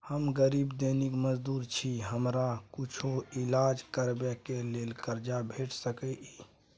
हम गरीब दैनिक मजदूर छी, हमरा कुछो ईलाज करबै के लेल कर्जा भेट सकै इ?